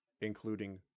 including